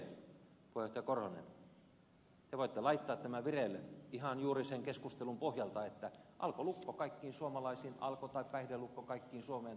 puheenjohtaja korhonen te voitte laittaa tämän vireille ihan juuri sen keskustelun pohjalta että alkolukko tai päihdelukko kaikkiin suomeen tuotaviin ajoneuvoihin